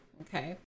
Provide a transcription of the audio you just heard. okay